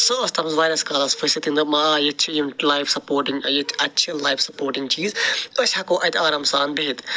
سُہ ٲس تتھ منٛز وارِیاہس کالس پھٔسِتھ تٔمۍ دوٚپ ما ییٚتہِ چھِ یِم لایِف سپوٹِنٛگ ییٚتہِ اَتہِ چھِ لایِف سپوٹِنٛگ چیٖز أسۍ ہٮ۪کو اَتہِ آرام سان بِہتھ